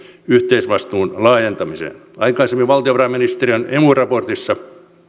yhteisvastuun laajentamiseen aikaisemmin valtiovarainministeriön emu raportissa